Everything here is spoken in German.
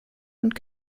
und